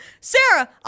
Sarah